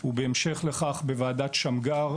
ובהמשך לכך ב"וועדת שמגר",